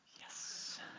yes